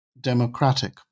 democratic